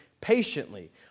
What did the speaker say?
patiently